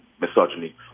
misogyny